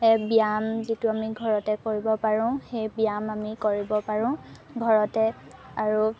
ব্যায়াম যিটো আমি ঘৰতে কৰিব পাৰোঁ সেই ব্যায়াম আমি কৰিব পাৰোঁ ঘৰতে আৰু